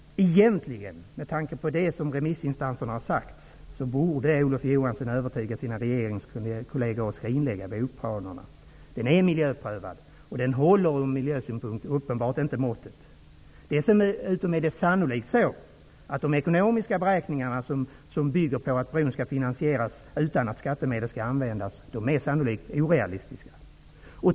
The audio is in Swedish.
Med tanke på det som remissinstanserna har sagt borde Olof Johansson egentligen övertyga sina regeringskolleger om att skrinlägga broplanerna. Det har gjorts en miljöprövning, och en bro håller uppenbarligen inte måttet från miljösynpunkt. Dessutom är de ekonomiska beräkningarna, som bygger på att bron skall finansieras utan att skattemedel används, sannolikt orealistiska.